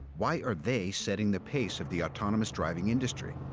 why are they setting the pace of the autonomous driving industry?